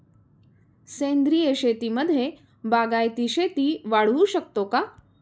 सेंद्रिय शेतीमध्ये बागायती शेती वाढवू शकतो का?